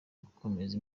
gukomeza